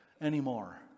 anymore